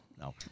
No